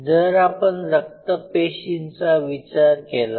जर आपण रक्त पेशींचा विचार केला